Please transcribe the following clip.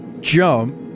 jump